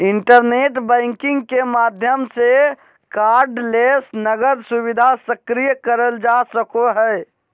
internet banking के माध्यम से कार्डलेस नकद सुविधा सक्रिय करल जा सको हय